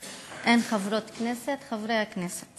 תודה, אין חברות כנסת, חברי הכנסת